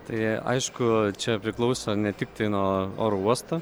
tai aišku čia priklauso ne tiktai nuo oro uosto